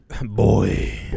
Boy